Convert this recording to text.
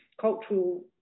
cultural